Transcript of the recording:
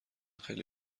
خیلی